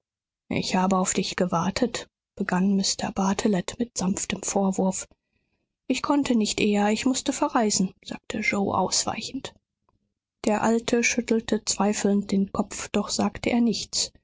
ich habe auf dich gewartet begann mr bartelet mit sanftem vorwurf ich konnte nicht eher ich mußte verreisen sagte yoe ausweichend der alte schüttelte zweifelnd den kopf doch sagte er nichts